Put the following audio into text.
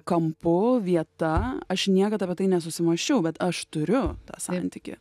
kampu vieta aš niekad apie tai nesusimąsčiau bet aš turiu santykį